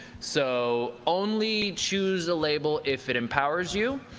so only choose a label if it empowers you.